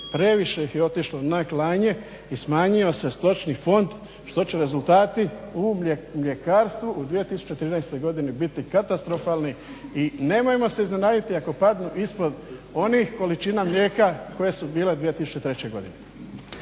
previše ih je otišlo na klanje i smanjio se stočni fond što će rezultati u mljekarstvu u 2013. godini biti katastrofalni. I nemojmo se iznenaditi ako padnu ispod onih količina mlijeka koje su bile 2003. godine.